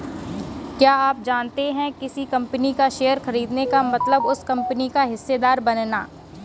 क्या आप जानते है किसी कंपनी का शेयर खरीदने का मतलब उस कंपनी का हिस्सेदार बनना?